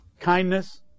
Kindness